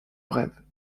rêve